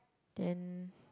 then